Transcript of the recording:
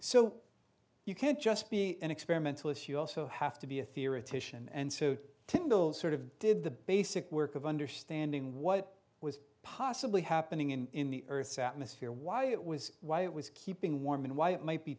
so you can't just be an experimentalist you also have to be a theoretician and to build sort of did the basic work of understanding what was possibly happening in in the earth's atmosphere why it was why it was keeping warm and why it might be